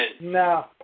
No